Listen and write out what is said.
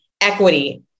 equity